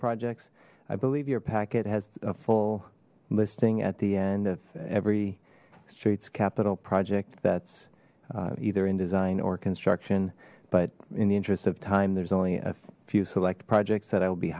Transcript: projects i believe your packet has a full listing at the end of every streets capital project that's either in design or construction but in the interest of time there's only a few select projects that i will be